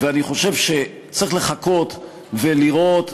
ואני חושב שצריך לחכות ולראות,